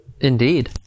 Indeed